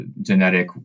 genetic